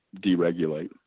deregulate